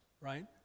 right